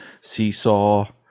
seesaw